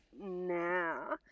now